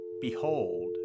Behold